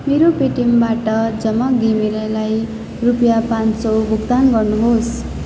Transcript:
मेरो पेटिएमबाट झमक घिमिरेलाई रुपियाँ पाँच सय भुक्तान गर्नुहोस्